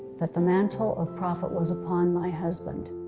that the mantle of prophet was upon my husband.